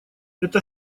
это